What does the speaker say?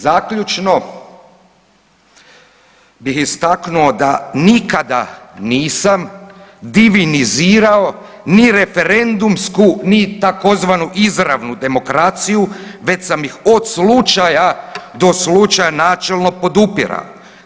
Zaključno bih istaknuo da nikada nisam divinizirao ni referendumsku ni tzv. izravnu demokraciju već sam ih od slučaja do slučaja načelno podupirao.